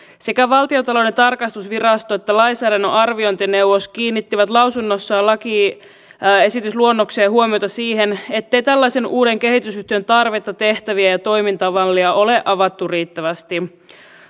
sekä valtiontalouden tarkastusvirasto että lainsäädännön arviointineuvosto kiinnittivät lausunnossaan lakiesitysluonnokseen huomiota siihen ettei tällaisen uuden kehitysyhtiön tarvetta tehtäviä ja toimintamallia ole avattu riittävästi